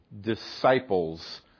disciples